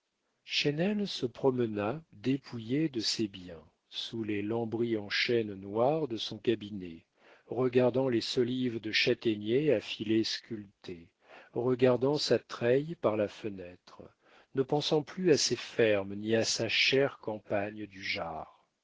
maison chesnel se promena dépouillé de ses biens sous les lambris en chêne noir de son cabinet regardant les solives de châtaignier à filets sculptés regardant sa treille par la fenêtre ne pensant plus à ses fermes ni à sa chère campagne du jard